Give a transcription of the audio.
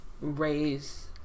raise